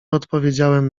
odpowiedziałem